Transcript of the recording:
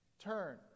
turn